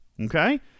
Okay